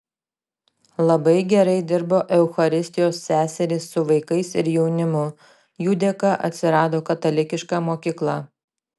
labai gerai dirbo eucharistijos seserys su vaikais ir jaunimu jų dėka atsirado katalikiška mokykla